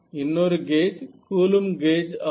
இன்னொரு gauge Coulomb gauge ஆகும்